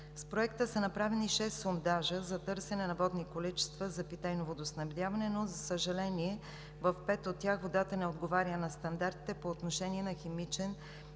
С Проекта са направени шест сондажа за търсене на водни количества за питейно водоснабдяване, но, за съжаление, в пет от тях водата не отговаря на стандартите по отношение на химичен и